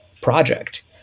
project